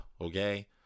okay